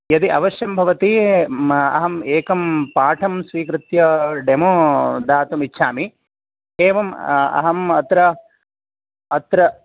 यदि अवश्यं भवति म अहम् एकं पाठं स्वीकृत्य डेमो दातुमिच्छामि एवं अहम् अत्र अत्र